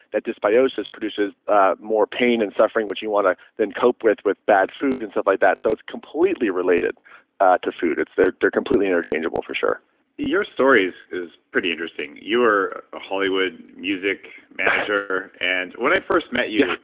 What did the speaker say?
that dysbiosis produces ah more pain and suffering, which you want to then cope with, with bad food and stuff like that. so it's completely related to food. they're they're completely interchangeable for sure your stories is pretty interesting. you were a hollywood music manager. and when i first met you,